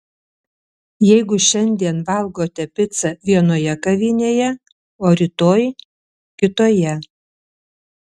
jeigu šiandien valgote picą vienoje kavinėje o rytoj kitoje